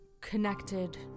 connected